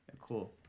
Cool